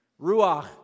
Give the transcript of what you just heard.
Ruach